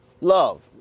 love